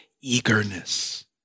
eagerness